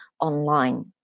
online